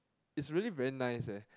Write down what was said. is really very nice eh